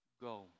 Go